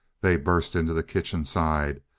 they bust into the kitchen side.